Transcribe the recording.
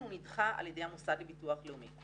הוא נידחה על ידי המוסד לביטוח לאומי.